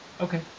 okay